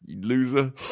loser